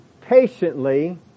patiently